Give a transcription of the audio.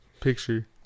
picture